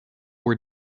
were